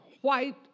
white